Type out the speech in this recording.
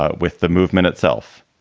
ah with the movement itself,